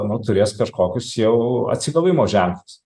nu turės kažkokius jau atsigavimo ženklus